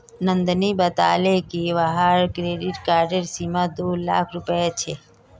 नंदनी बताले कि वहार क्रेडिट कार्डेर सीमा दो लाख रुपए छे